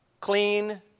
Clean